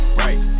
right